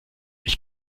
ich